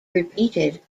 repeated